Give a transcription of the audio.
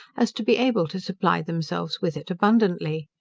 as to be able to supply themselves with it abundantly.